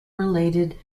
related